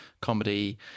comedy